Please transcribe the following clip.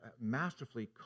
masterfully